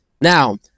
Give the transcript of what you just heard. Now-